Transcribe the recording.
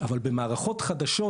אבל במערכות חדשות